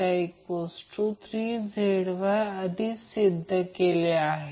हा बाण म्हणजे पॉझिटिव्ह दाखवले आहे निगेटिव्हसाठी काहीही दाखविले नाही